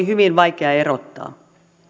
hyvin vaikea erottaa